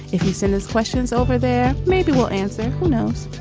if you send those questions over there, maybe we'll answer. who knows?